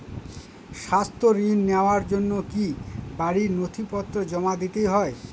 স্বাস্থ্য ঋণ নেওয়ার জন্য কি বাড়ীর নথিপত্র জমা দিতেই হয়?